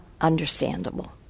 understandable